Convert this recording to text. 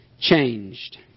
changed